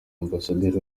ambasaderi